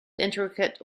intricate